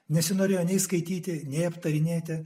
nesinorėjo nei skaityti nei aptarinėti